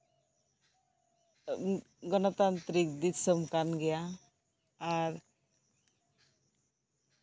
ᱜᱚᱱᱚᱛᱟᱱᱛᱤᱨᱤᱠ ᱫᱤᱥᱚᱢ ᱠᱟᱱ ᱜᱮᱭᱟ ᱟᱨ